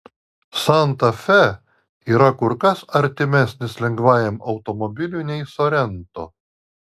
santa fe yra kur kas artimesnis lengvajam automobiliui nei sorento